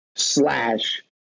slash